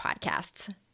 podcasts